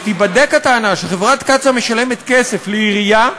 שתיבדק הטענה שחברת קצא"א משלמת כסף לעירייה,